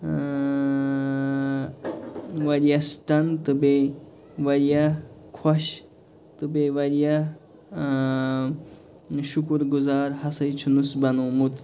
اۭں واریاہ سٕٹَن تہٕ بیٚیہِ واریاہ خۄش تہٕ بیٚیہِ واریاہ اۭں شُکُر گُزار ہسا چھُنَس بنوومُت